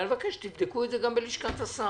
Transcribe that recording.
אני מבקש שתבדקו את זה גם בלשכת השר.